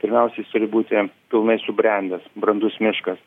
pirmiausia jis turi būti pilnai subrendęs brandus miškas